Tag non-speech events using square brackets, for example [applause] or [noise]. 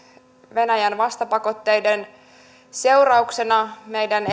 venäjän vastapakotteiden seurauksena meidän [unintelligible]